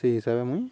ସେଇ ହିସାବରେ ମୁଇଁ